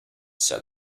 said